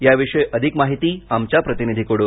याविषयी अधिक माहिती आमच्या प्रतिनिधी कडन